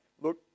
look